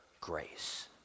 grace